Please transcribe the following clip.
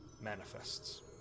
manifests